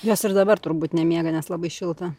jos ir dabar turbūt nemiega nes labai šilta